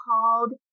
called